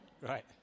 right